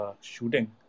Shooting